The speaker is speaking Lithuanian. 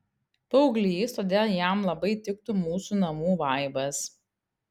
paauglys todėl jam labai tiktų mūsų namų vaibas